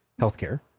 healthcare